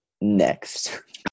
next